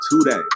today